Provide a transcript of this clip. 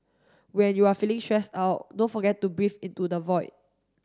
when you are feeling stressed out don't forget to breathe into the void